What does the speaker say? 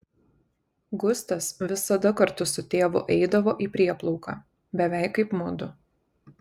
gustas visada kartu su tėvu eidavo į prieplauką beveik kaip mudu